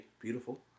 beautiful